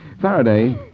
Faraday